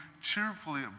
cheerfully